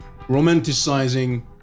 romanticizing